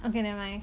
okay never mind